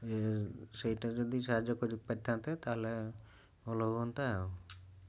ସେଇଟା ଯଦି ସାହାଯ୍ୟ କରିପାରିଥାନ୍ତି ତାହେଲେ ଭଲ ହୁଅନ୍ତା ଆଉ